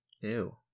Ew